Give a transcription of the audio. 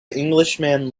englishman